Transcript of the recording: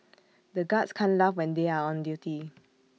the guards can't laugh when they are on duty